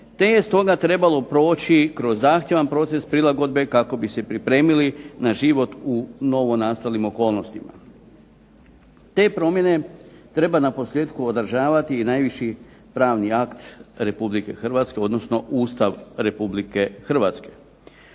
te je stoga trebamo proći kroz zahtjevan proces prilagodbe kako bi se pripremili na život u novonastalim okolnostima. Te promjene treba naposljetku odražavati i najviši pravni akt Republike Hrvatske odnosno Ustav Republike Hrvatske.